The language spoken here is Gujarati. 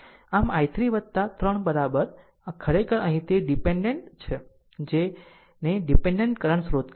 આમ I3 3 આ ખરેખર અહીં તે એક ડીપેન્ડેન્ટ છે જેને ડીપેનડેન્ટ કરંટ સ્રોત કહે છે